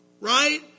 right